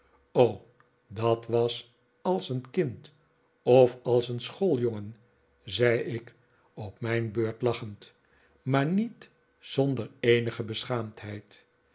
dat was als kind of als schooljongen zei ik op mijn beurt lachend maar niet zonder eenige beschaamdheid